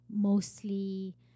mostly